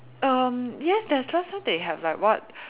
erm yes there's last time they have like what